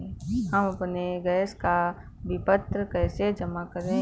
हम अपने गैस का विपत्र कैसे जमा करें?